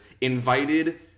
invited